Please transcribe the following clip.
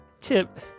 Chip